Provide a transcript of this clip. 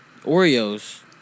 Oreos